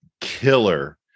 killer